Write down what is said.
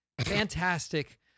Fantastic